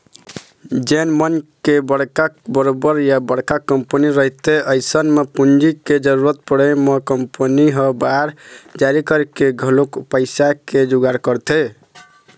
जेन मनखे के बड़का कारोबार या बड़का कंपनी रहिथे अइसन म पूंजी के जरुरत पड़े म कंपनी ह बांड जारी करके घलोक पइसा के जुगाड़ करथे